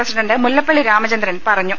president Mullappally Ramachandran പറഞ്ഞു